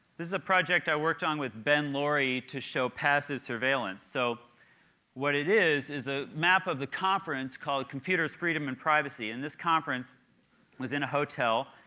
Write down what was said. this is a project i worked on with ben laurie to show passive surveillance. so what it is, is a map of the conference called computers, freedom and privacy. and this conference was in a hotel,